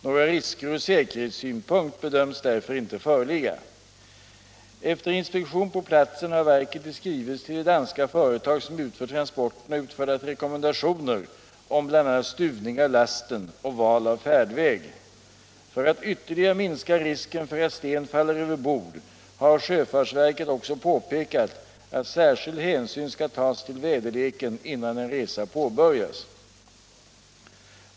Några risker ur säkerhetssynpunkt bedöms därför inte föreligga. Efter inspektion på platsen har verket i skrivelse till det danska företag som utför transporterna utfärdat rekommendationer om bl.a. stuvning av lasten och val av färdväg. För att ytterligare minska risken för att sten faller över bord har sjöfartsverket också påpekat att särskild hänsyn skall tas till väderleken innan en resa påbörjas.